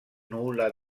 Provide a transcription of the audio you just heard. nulla